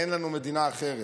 אין לנו מדינה אחרת.